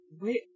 Wait